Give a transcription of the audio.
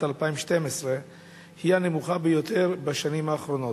2012 היא הנמוכה ביותר בשנים האחרונות.